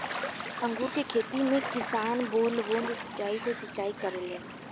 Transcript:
अंगूर के खेती में किसान बूंद बूंद सिंचाई से सिंचाई करेले